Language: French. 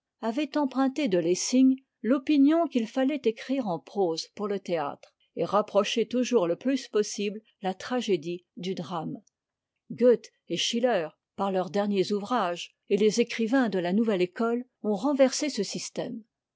avaient emprunté de lessing l'opinion qu'il fallait écrire en prose pour le théâtre et rapprocher toujours le plus possible la tragédie du drame goethe et schiller par leurs derniers ouvrages et les écrivains de la nouvelle éeote ont renversé ce système